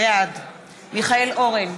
בעד מיכאל אורן,